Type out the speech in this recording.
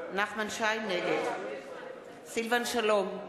נגד סילבן שלום,